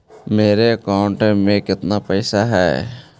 मेरे अकाउंट में केतना पैसा है?